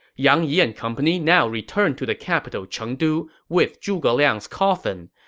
yang yi and company now returned to the capital chengdu with zhuge liang's coffin.